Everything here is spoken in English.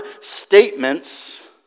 statements